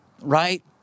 right